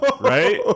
Right